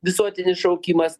visuotinis šaukimas